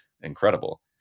incredible